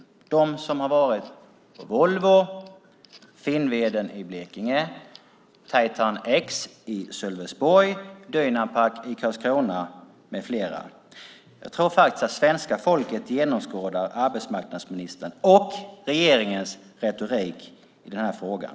Det handlar om dem som har varit på Volvo, Finnveden i Blekinge, Titanex i Sölvesborg, Dynapac i Karlskrona med flera. Jag tror faktiskt att svenska folket genomskådar arbetsmarknadsministerns och regeringens retorik i den här frågan.